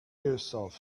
yourself